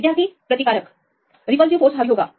विद्यार्थी प्रतिकारक प्रतिकर्षण हावी होगा